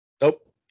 Nope